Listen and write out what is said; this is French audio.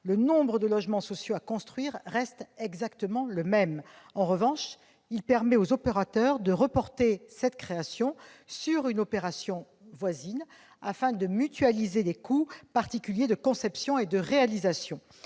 Le nombre de logements sociaux à construire reste exactement le même. En revanche, l'adoption de cet article permettrait aux opérateurs de reporter cette création sur une opération voisine, afin de mutualiser les coûts particuliers de conception et de réalisation.